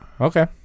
okay